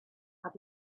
had